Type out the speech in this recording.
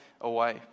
away